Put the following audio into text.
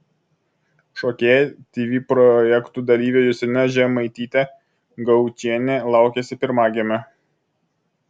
šokėja tv projektų dalyvė justina žemaitytė gaučienė laukiasi pirmagimio